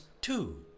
two